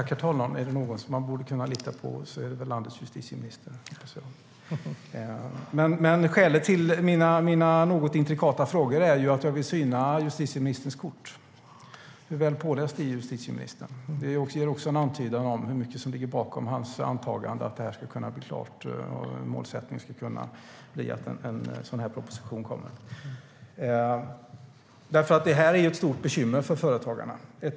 Herr talman! Är det någon som man borde kunna lita på är det väl landets justitieminister. Skälet till mina något intrikata frågor är att jag vill syna justitieministerns kort. Hur väl påläst är justitieministern? Det ger också en antydan om hur mycket som ligger bakom hans antagande att detta ska kunna bli klart och att en proposition kommer. Detta är ett stort bekymmer för företagarna.